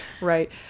Right